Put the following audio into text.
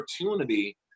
opportunity